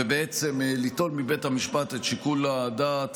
ובעצם ליטול מבית המשפט את שיקול הדעת